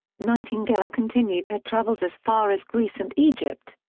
nightingale continued her travels as far as greece and egypt.